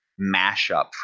mashup